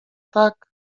tak